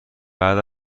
بعد